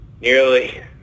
nearly